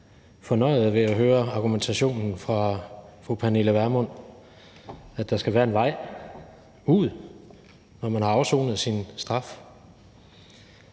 stærkt fornøjet ved at høre argumentationen fra fru Pernille Vermund, nemlig at der skal være en vej ud, når man har afsonet sin straf.